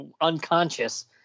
unconscious